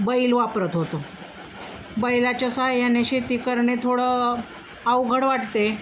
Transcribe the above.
बैल वापरत होतो बैलाच्या सहाय्याने शेती करणे थोडं अवघड वाटते